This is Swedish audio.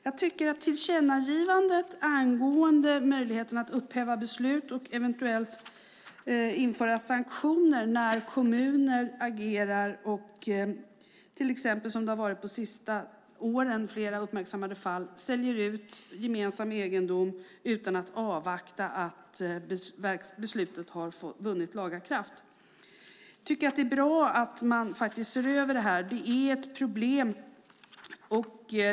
Jag tycker att tillkännagivandet angående möjligheterna att upphäva beslut och eventuellt införa sanktioner när kommuner agerar och till exempel säljer ut gemensamma egendom utan att avvakta att beslutet vunnit laga kraft är bra. Vi har haft flera uppmärksammade fall de senaste åren. Det är bra att man ser över detta.